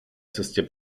cestě